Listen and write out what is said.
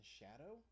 shadow